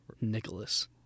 Nicholas